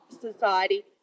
society